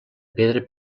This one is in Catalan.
pedra